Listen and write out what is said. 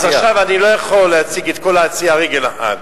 אז עכשיו אני לא יכול להציג את כל העשייה על רגל אחת.